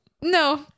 No